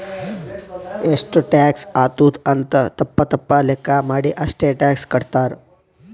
ಎಷ್ಟು ಟ್ಯಾಕ್ಸ್ ಆತ್ತುದ್ ಅಂತ್ ತಪ್ಪ ತಪ್ಪ ಲೆಕ್ಕಾ ಮಾಡಿ ಅಷ್ಟೇ ಟ್ಯಾಕ್ಸ್ ಕಟ್ತಾರ್